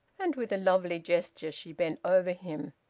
and with a lovely gesture she bent over him.